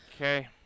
Okay